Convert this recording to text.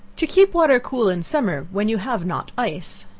to keep water cool in summer, when you have not ice.